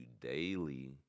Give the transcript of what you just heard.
daily